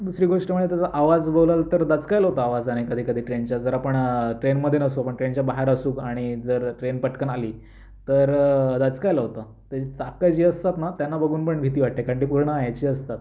दुसरी गोष्ट म्हणजे त्याचा आवाज बोलाल तर दचकायला होत आवाजांनी कधी कधी ट्रेनच्या जर आपण ट्रेनमध्ये नसतो पण ट्रेनच्या बाहेर असू आणि जर ट्रेन पटकन आली तर दचकायला होतं त्याची चाकं जी असतात ना त्यांना बघून पण भीती वाटते कारण ती पूर्ण ह्याची असतात